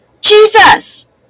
Jesus